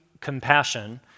compassion